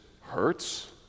hurts